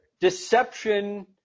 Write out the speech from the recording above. deception